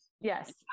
Yes